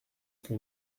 que